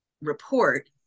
report